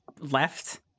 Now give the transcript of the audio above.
left